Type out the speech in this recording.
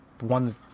one